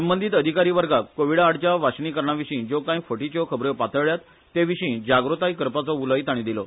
संबंधित अधिकारी वर्गाक कोविडाआडच्या वाशीनीकरणाविशीं ज्यो कांय फटीच्यो खबरो पातळ्यात तेविशीं जागताय करपाचो उलोय ताणी दिलो